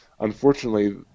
unfortunately